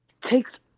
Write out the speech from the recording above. takes